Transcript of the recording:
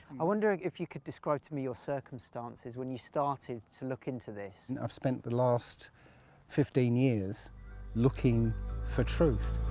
i wonder if you could describe to me your circumstances, when you started to look into this? i've spent the last fifteen years looking for truth.